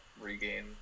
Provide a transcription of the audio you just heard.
regain